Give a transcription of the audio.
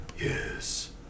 Yes